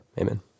Amen